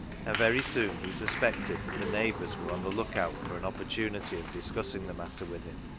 and very soon he suspected that the neighbours were on the lookout for an opportunity of dis cussing the matter with him,